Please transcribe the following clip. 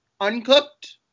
uncooked